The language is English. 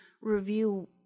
review